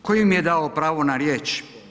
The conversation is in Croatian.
Tko im je dao pravo na riječ?